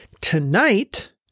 Tonight